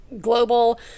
global